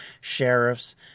sheriffs